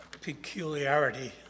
peculiarity